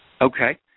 Okay